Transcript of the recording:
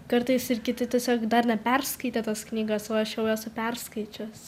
kartais ir kiti tiesiog dar neperskaitė tos knygos o aš jau esu perskaičius